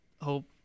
hope